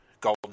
Golden